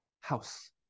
house